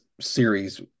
series